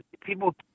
people